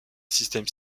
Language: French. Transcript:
système